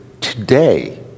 today